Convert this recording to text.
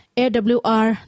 awr